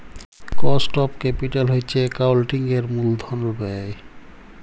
cost of capital হছে একাউল্টিংয়ের মূলধল ব্যায়